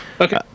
Okay